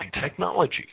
technology